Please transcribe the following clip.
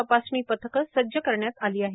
तपासणी पथकं सज्ज करण्यात आली आहे